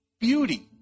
beauty